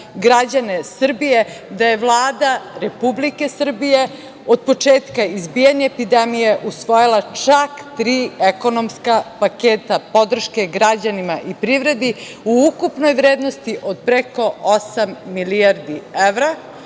građane Srbije da je Vlada Republike Srbije od početka izbijanja epidemije usvojila čak tri ekonomska paketa podrške građanima i privredi u ukupnoj vrednosti od preko osma milijardi evra,